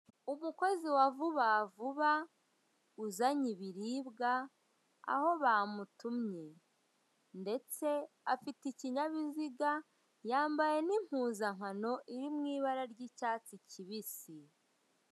Umukozi wa vuba vuba uzanye ibiribwa aho bamutumye ndetse afite ikinyabiziga yambaye n'impuzankano iri mu ibara ry'icyatsi kibisi.